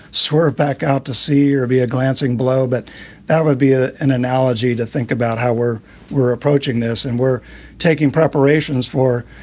swerve back out to sea or be a glancing blow. but that would be ah an analogy to think about how we're we're approaching this and we're taking preparations for,